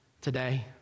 today